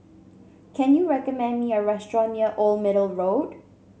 can you recommend me a restaurant near Old Middle Road